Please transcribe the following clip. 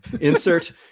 Insert